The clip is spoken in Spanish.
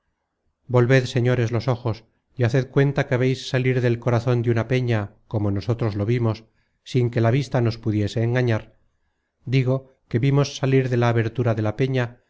volved señores los ojos y haced cuenta que veis salir del corazon de una peña como nosotros lo vimos sin que la vista nos pudiese engañar digo que vimos salir de la abertura de la peña